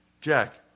Jack